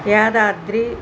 Yadadri